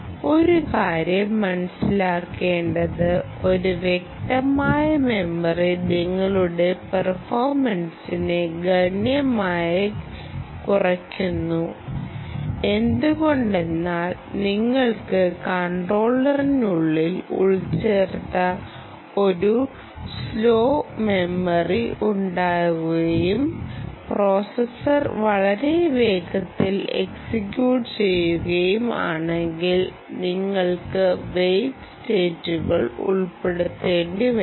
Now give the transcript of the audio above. ഒരു കാര്യം മനസ്സിലാക്കേണ്ടത് ഒരു വ്യക്തമായ മെമ്മറി നിങ്ങളുടെ പെർഫോർമെൻസിനെ ഗണ്യമായി കുറയ്ക്കുന്നു എന്തുകൊണ്ടെന്നാൽ നിങ്ങൾക്ക് കൺട്രോളറിനുള്ളിൽ ഉൾച്ചേർത്ത ഒരു സ്ലോ മെമ്മറി ഉണ്ടാകുകയും പ്രോസസർ വളരെ വേഗത്തിൽ എക്സിക്യൂട്ട് ചെയ്യുകയും ആണെങ്കിൽ നിങ്ങൾക്ക് വെയ്റ്റ് സ്റ്റേറ്റുകൾ ഉൾപ്പെടുത്തേണ്ടി വരും